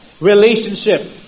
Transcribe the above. relationship